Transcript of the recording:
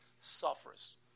suffers